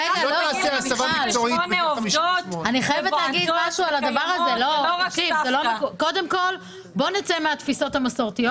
היא לא תעשה הסבה מקצועית בגיל 58. בוא נצא מהתפיסות המסורתיות.